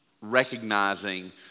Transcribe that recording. recognizing